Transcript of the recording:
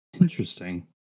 interesting